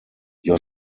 your